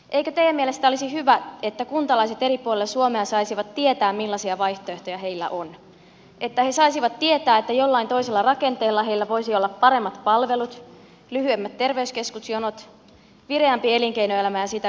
eikö teidän mielestänne olisi hyvä että kuntalaiset eri puolilla suomea saisivat tietää millaisia vaihtoehtoja heillä on että he saisivat tietää että jollain toisella rakenteella heillä voisi olla paremmat palvelut lyhyemmät terveyskeskusjonot vireämpi elinkeinoelämä ja sitä kautta työpaikkoja